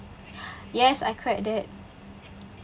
yes I cried that